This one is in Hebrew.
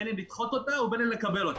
בין אם לדחות אותה ובין אם לקבל אותה.